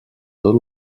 tot